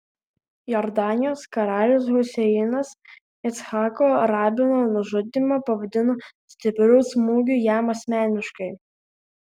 jordanijos karalius huseinas icchako rabino nužudymą pavadino stipriu smūgiu jam asmeniškai